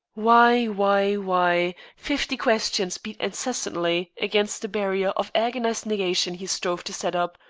why why why fifty questions beat incessantly against the barrier of agonized negation he strove to set up,